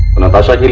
natasha